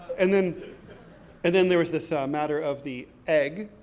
and then and then there was this ah matter of the egg.